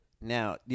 Now